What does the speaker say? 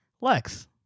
Lex